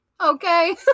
Okay